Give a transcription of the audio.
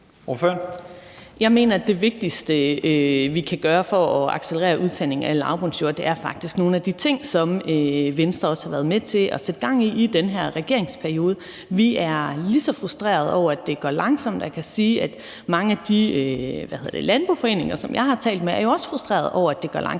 Jeg mener, at det vigtigste, vi kan gøre for at accelerere udtagningen af lavbundsjorder, faktisk er nogle af de ting, som Venstre også har været med til at sætte gang i i den her regeringsperiode. Vi er lige så frustrerede over, at det går langsomt. Og jeg kan sige, at mange af de landboforeninger, som jeg har talt med, også er frustrerede over, at det går langsomt,